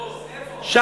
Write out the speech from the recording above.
איפה?